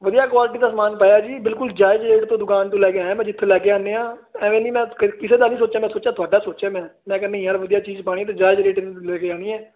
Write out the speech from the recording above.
ਵਧੀਆ ਕੁਆਲਿਟੀ ਦਾ ਸਮਾਨ ਪਾਇਆ ਜੀ ਬਿਲਕੁਲ ਜਾਇਜ ਰੇਟ ਤੋਂ ਦੁਕਾਨ ਤੋਂ ਲੈ ਕੇ ਆਇਆ ਮੈਂ ਜਿੱਥੇ ਲੈ ਕੇ ਆਉਂਦੇ ਆਂ ਐਵੇਂ ਨਹੀਂ ਮੈਂ ਕਿਸੇ ਦਾ ਨਹੀਂ ਸੋਚਣ ਦਾ ਸੋਚਿਆ ਤੁਹਾਡਾ ਸੋਚਿਆ ਮੈਂ ਮੈਂ ਕਿਹਾ ਨਹੀਂ ਯਾਰ ਵਧੀਆ ਚੀਜ਼ ਪਾਣੀ ਤੇ ਜਾਇਜ ਰੇਟ ਲੈ ਕੇ ਜਾਣੀ ਹੈ